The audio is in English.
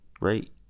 right